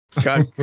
Scott